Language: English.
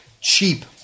cheap